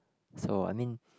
so I mean